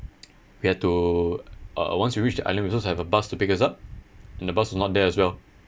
we had to uh once we reach the island we also supposed to have a bus to pick us up and the bus was not there as well